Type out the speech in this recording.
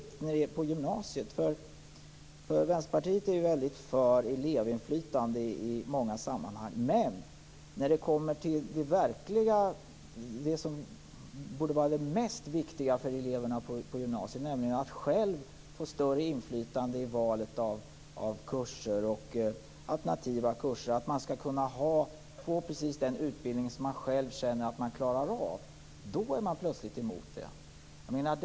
Det gäller gymnasiet. Vänsterpartiet är ju för elevinflytande i många sammanhang. Men när det kommer till det som borde vara det viktigaste för eleverna på gymnasiet, nämligen att de själva skall få större inflytande över valet av alternativa kurser och att de skall kunna få precis den utbildning som de själva känner att de klarar av, är Vänsterpartiet plötsligt emot detta.